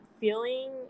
feeling